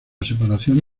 separación